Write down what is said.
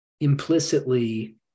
implicitly